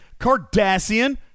Cardassian